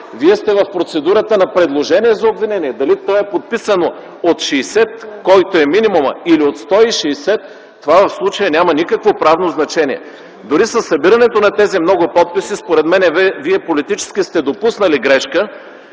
Вие сте в процедурата на предложение за обвинение. Дали то е подписано от 60, което е минимумът, или от 160, това в случая няма никакво правно значение. Дори със събирането на тези много подписи, според мен, вие политически сте допуснали грешка,